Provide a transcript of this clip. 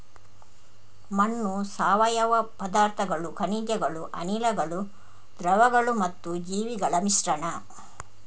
ಮಣ್ಣು ಸಾವಯವ ಪದಾರ್ಥಗಳು, ಖನಿಜಗಳು, ಅನಿಲಗಳು, ದ್ರವಗಳು ಮತ್ತು ಜೀವಿಗಳ ಮಿಶ್ರಣ